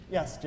Yes